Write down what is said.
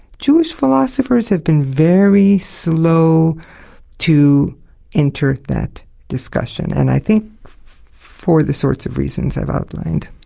jewish philosophers have been very slow to enter that discussion, and i think for the sorts of reasons i've outlined.